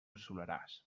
soleràs